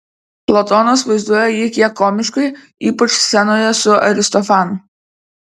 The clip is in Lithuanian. platonas vaizduoja jį kiek komiškai ypač scenoje su aristofanu